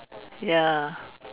ya